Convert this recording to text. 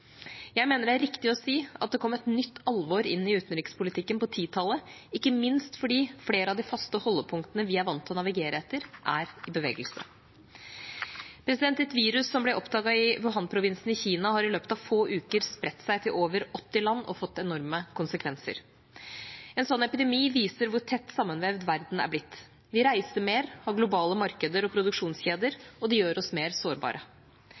Jeg mener det er riktig å si at det kom et nytt alvor inn i utenrikspolitikken på 2010-tallet, ikke minst fordi flere av de faste holdepunktene vi er vant til å navigere etter, er i bevegelse. Et virus som ble oppdaget i Wuhan i Kina, har i løpet av få uker spredt seg til over 80 land og fått enorme konsekvenser. En slik epidemi viser hvor tett sammenvevd verden er blitt. Vi reiser mer og har globale markeder og produksjonskjeder. Det gjør oss mer sårbare.